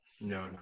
no